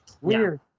weird